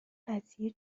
قضیه